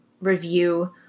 review